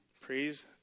Praise